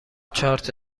چارت